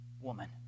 woman